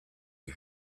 you